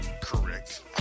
Correct